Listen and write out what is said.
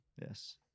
Yes